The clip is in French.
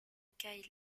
kyle